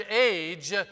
age